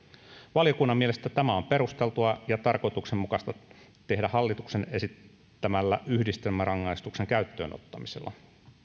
valiokunnan mielestä tämä on perusteltua ja tarkoituksenmukaista tehdä hallituksen esittämällä yhdistelmärangaistuksen käyttöönottamisella